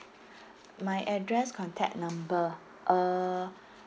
my address contact number uh